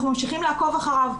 אנחנו ממשיכים לעקוב אחריו,